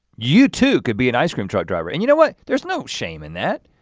you too could be an ice cream truck driver. and you know what? there's no shame in that.